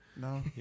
No